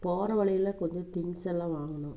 போகிற வழியில கொஞ்சம் திங்ஸ் எல்லாம் வாங்கணும்